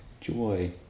joy